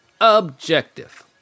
Objective